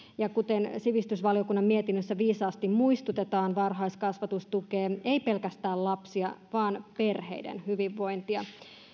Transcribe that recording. ja kuten sivistysvaliokunnan mietinnössä viisaasti muistutetaan varhaiskasvatus ei tue pelkästään lapsia vaan perheiden hyvinvointia